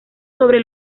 sobre